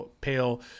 pale